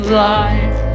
life